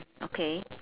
okay